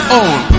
own